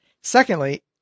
Secondly